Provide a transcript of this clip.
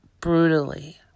brutally